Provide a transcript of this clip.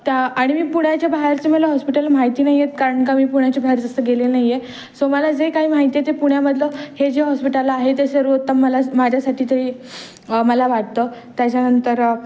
त्या आणि मी पुण्याच्या बाहेरचे मला हॉस्पिटल माहिती नाही आहेत कारण का मी पुण्याच्या बाहेर जास्त गेले नाही आहे सो मला जे काही माहिती आहे ते पुण्यामधलं हे जे हॉस्पिटल आहे ते सर्वोत्तम मला माझ्यासाठी तरी मला वाटतं त्याच्यानंतर